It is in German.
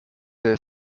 der